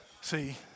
See